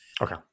Okay